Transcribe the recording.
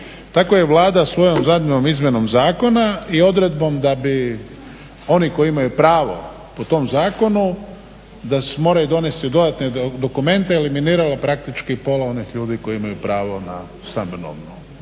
Tako je Vlada svojom zadnjom izmjenom zakona i odredbom da bi oni koji imaju pravo po tom zakonu da moraju donesti dodatne dokumente eliminiralo praktički pola onih ljudi koji imaju pravo na stambenu